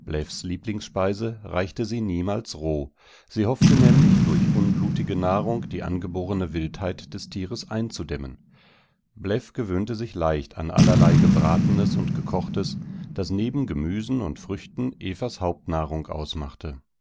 lieblingsspeise reichte sie ihm niemals roh sie hoffte nämlich durch unblutige nahrung die angeborene wildheit des tieres einzudämmen bläff gewöhnte sich leicht an allerlei gebratenes und gekochtes das neben gemüsen und früchten evas hauptnahrung ausmachte